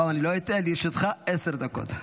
הפעם אני לא אטעה, לרשותך עשר דקות.